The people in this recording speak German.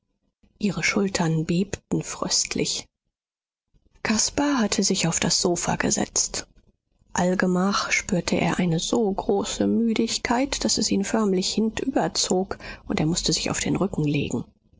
ihre schultern bebten fröstlich caspar hatte sich auf das sofa gesetzt allgemach spürte er eine so große müdigkeit daß es ihn förmlich hintüberzog und er mußte sich auf den rücken legen